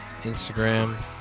Instagram